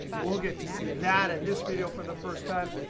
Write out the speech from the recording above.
we'll get to see that in this video for the first time.